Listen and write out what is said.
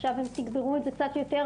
עכשיו הם תגברו את זה קצת יותר,